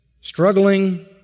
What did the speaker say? struggling